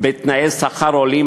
בתנאי שכר הולמים,